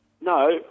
No